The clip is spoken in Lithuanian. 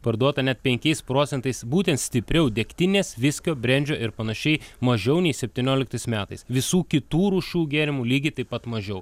parduota net penkiais procentais būtent stipriau degtinės viskio brendžio ir panašiai mažiau nei septynioliktais metais visų kitų rūšių gėrimų lygiai taip pat mažiau